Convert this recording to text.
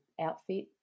outfit